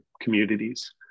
communities